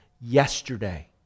yesterday